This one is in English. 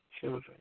children